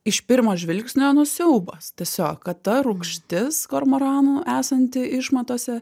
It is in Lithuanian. iš pirmo žvilgsnio siaubas tiesiog kad ta rūgštis kormoranų esanti išmatose